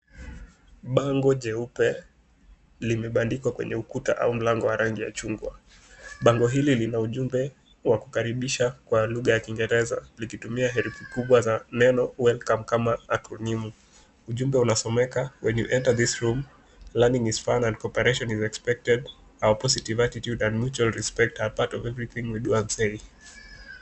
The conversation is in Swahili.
Bango jeupe limebandikwa kwenye ukuta au lango wa rangi ya chungwa. Bango hili lina ujumbe wa kukaribisha kwa lugha ya kingereza likitumia herufi kubwa za neno welcome kama akronimu. Ujumbe unasomeka, when you enter this room, learning is fun and cooperation is expected, our positive attitude and mutual respect are part of everything we do and say .